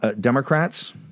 Democrats